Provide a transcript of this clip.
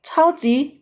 超级